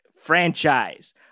franchise